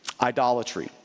Idolatry